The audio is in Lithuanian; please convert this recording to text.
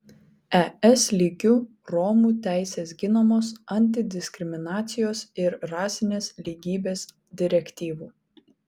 es lygiu romų teisės ginamos antidiskriminacijos ir rasinės lygybės direktyvų